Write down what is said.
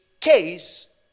case